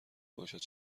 باشد